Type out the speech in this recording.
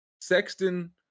Sexton